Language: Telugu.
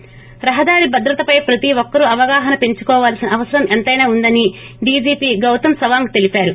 ి రహదారి భద్రత పై ప్రతి ఒక్కరూ అవగాహన పెంచుకోవాల్సిన అవసరం ఎంతైనా ఉందని డిజిపి గౌతమ్ సవాంగ్ తెలిపారు